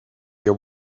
your